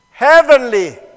heavenly